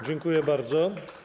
Dziękuję bardzo.